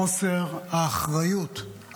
חוסר האחריות,